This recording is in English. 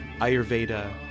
ayurveda